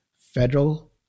federal